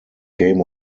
game